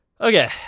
Okay